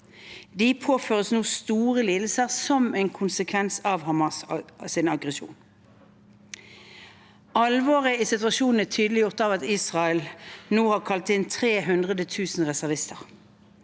De påføres nå store lidelser som en konsekvens av Hamas’ aggresjon. Alvoret i situasjonen er tydeliggjort ved at Israel nå har kalt inn 300 000 reservister.